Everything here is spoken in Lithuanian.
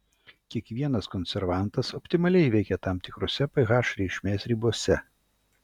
kiekvienas konservantas optimaliai veikia tam tikrose ph reikšmės ribose